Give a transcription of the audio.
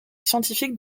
scientifiques